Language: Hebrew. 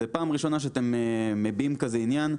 זאת פעם ראשונה שאתם מביעים כזה עניין,